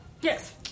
Yes